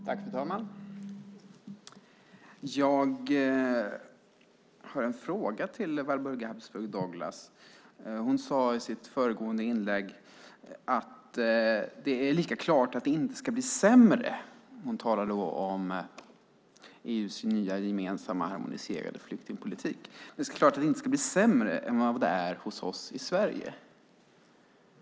Fru talman! Jag har en fråga till Walburga Habsburg Douglas. Hon sade i sitt föregående inlägg att det är klart att det inte ska bli sämre. Hon talade då om EU:s nya, gemensamma harmoniserade flyktingpolitik. Det är klart att det inte ska bli sämre än vad det är hos oss i Sverige, sade hon.